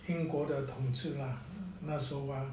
英国的统治啦那时候吗